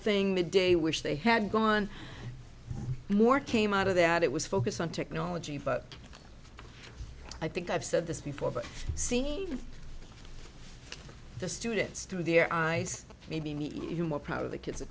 thing the day wish they had gone more came out of that it was focused on technology but i think i've said this before but seeing even the students through their eyes maybe even more proud of the kids